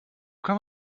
kann